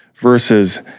versus